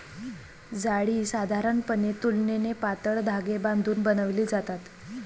जाळी साधारणपणे तुलनेने पातळ धागे बांधून बनवली जातात